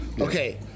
Okay